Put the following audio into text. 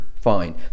fine